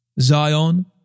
Zion